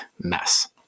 mess